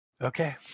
okay